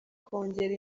kongera